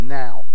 now